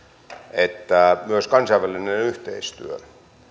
että myös kansainvälinen yhteistyö